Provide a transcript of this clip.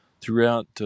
throughout